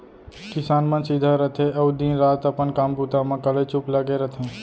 किसान मन सीधा रथें अउ दिन रात अपन काम बूता म कलेचुप लगे रथें